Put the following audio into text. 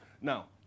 Now